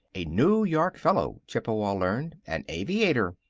a new york fellow, chippewa learned an aviator.